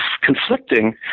conflicting